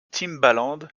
timbaland